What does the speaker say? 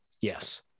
yes